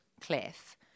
Cliff